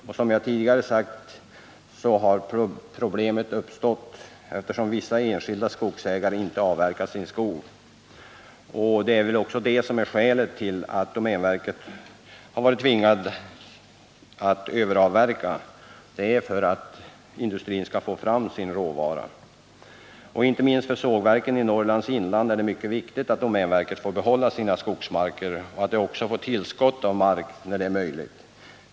Som jag sagt tidigare har problem uppstått, eftersom vissa enskilda skogsägare inte avverkar sin skog. Detta är väl också skälet till att domänverket tvingats överavverka för att industrin skall få fram sin råvara. Inte minst för sågverken i Norrlands inland är det mycket viktigt att domänverket får behålla sina skogsmarker och att man också får tillskott av mark när det är möjligt.